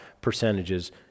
percentages